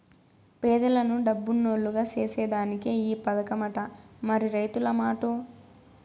పేదలను డబ్బునోల్లుగ సేసేదానికే ఈ పదకమట, మరి రైతుల మాటో